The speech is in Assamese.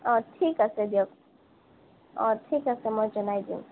অঁ ঠিক আছে দিয়ক অঁ ঠিক আছে মই জনাই দিম